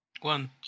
one